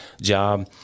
job